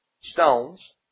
stones